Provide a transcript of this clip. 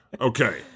Okay